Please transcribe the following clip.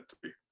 three